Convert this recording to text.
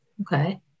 Okay